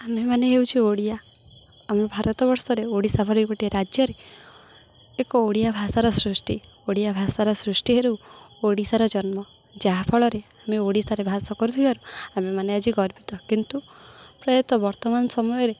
ଆମେମାନେ ହେଉଛୁ ଓଡ଼ିଆ ଆମ ଭାରତବର୍ଷରେ ଓଡ଼ିଶା ଭଳି ଗୋଟେ ରାଜ୍ୟରେ ଏକ ଓଡ଼ିଆ ଭାଷାର ସୃଷ୍ଟି ଓଡ଼ିଆ ଭାଷାର ସୃଷ୍ଟିରୁ ଓଡ଼ିଶାର ଜନ୍ମ ଯାହାଫଳରେ ଆମେ ଓଡ଼ିଶାରେ ବାସ କରୁଥିବାରୁ ଆମେମାନେ ଆଜି ଗର୍ବିତ କିନ୍ତୁ ପ୍ରାୟତଃ ବର୍ତ୍ତମାନ ସମୟରେ